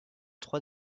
trois